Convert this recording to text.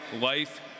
Life